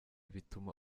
bituma